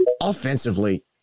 offensively